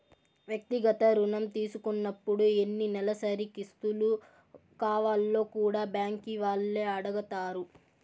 వ్యక్తిగత రుణం తీసుకున్నపుడు ఎన్ని నెలసరి కిస్తులు కావాల్నో కూడా బ్యాంకీ వాల్లే అడగతారు